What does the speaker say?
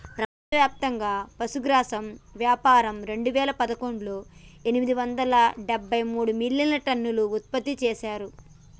ప్రపంచవ్యాప్తంగా పశుగ్రాసం వ్యాపారం రెండువేల పదకొండులో ఎనిమిది వందల డెబ్బై మూడు మిలియన్టన్నులు ఉత్పత్తి చేశారు